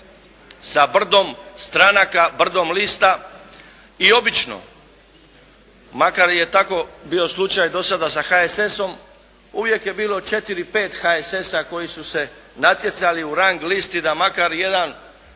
sa brdom stranaka, brom lista i obično makar je tako bio slučaj bio do sada sa HSS-om, uvijek je bilo 4, 5 HSS-a koji su se natjecali u rang listi da makar jedan